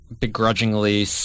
begrudgingly